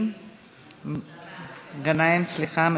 אינו נוכח,